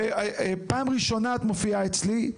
ופעם ראשונה את מופיעה אצלי.